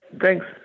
Thanks